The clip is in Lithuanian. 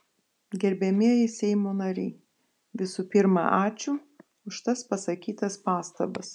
gerbiamieji seimo nariai visų pirma ačiū už tas pasakytas pastabas